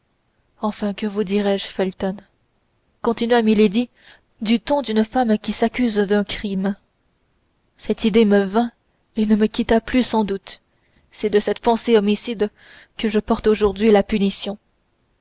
enfin que vous dirai-je felton continua milady du ton d'une femme qui s'accuse d'un crime cette idée me vint et ne me quitta plus sans doute c'est de cette pensée homicide que je porte aujourd'hui la punition